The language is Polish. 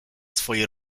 swej